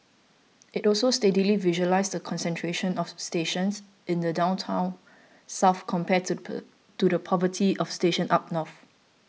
it also steadily visualises the concentration of stations in the downtown south compared to to the poverty of stations up north